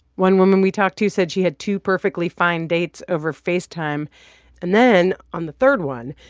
one woman we talked to said she had two perfectly fine dates over facetime, and then on the third one,